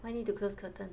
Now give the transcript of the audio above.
why need to close curtain